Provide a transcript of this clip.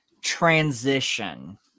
transition